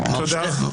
תודה.